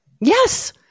Yes